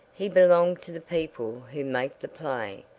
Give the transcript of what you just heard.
he belonged to the people who make the play,